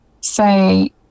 say